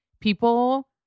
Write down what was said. people